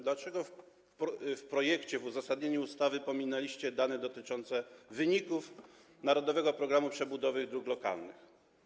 Dlaczego w projekcie ustawy, w uzasadnieniu, pominęliście dane dotyczące wyników „Narodowego programu przebudowy dróg lokalnych”